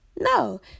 no